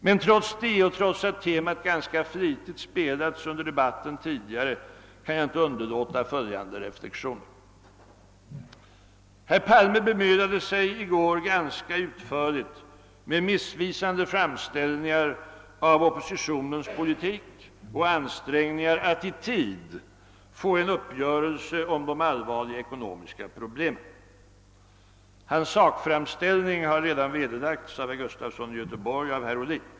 Men trots detta och trots att temat ganska flitigt spelats under debatten tidigare kan jag inte underlåta följande reflexioner. Herr Palme bemödade sig i går ganska utförligt med missvisande framställningar av oppositionens politik och ansträngningar att i tid få en uppgörelse om de allvarliga ekonomiska problemen. Hans sakframställning har redan vederlagts av herr Gustafson i Göteborg och herr Ohlin.